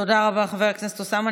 תודה רבה, חבר הכנסת אוסאמה.